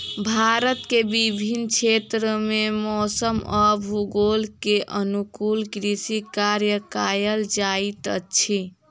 भारत के विभिन्न क्षेत्र में मौसम आ भूगोल के अनुकूल कृषि कार्य कयल जाइत अछि